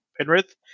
Penrith